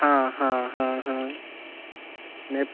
हाँ हँ हँ हाँ ने